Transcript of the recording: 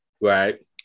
Right